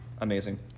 Amazing